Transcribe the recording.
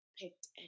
picked